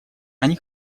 они